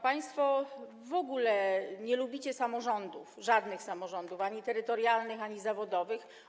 Państwo w ogóle nie lubicie żadnych samorządów: ani terytorialnych, ani zawodowych.